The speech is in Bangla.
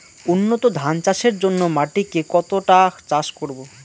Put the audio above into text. উন্নত ধান চাষের জন্য মাটিকে কতটা চাষ করব?